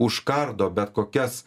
užkardo bet kokias